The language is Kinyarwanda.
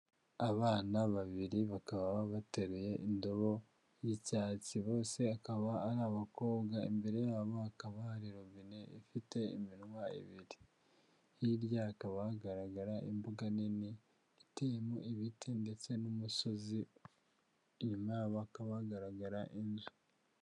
Abana babiri bakaba bateruye indobo y'icyatsi, bose akaba ari abakobwa, imbere yabo hakaba hari robine ifite iminwa ibiri, hirya hakaba hagaragara imbuga nini iteyemo ibiti ndetse n'umusozi, inyuma yabo hakaba hagaragara inzu.